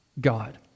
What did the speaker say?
God